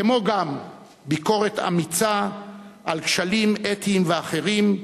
כמו גם ביקורת אמיצה על כשלים אתיים ואחרים,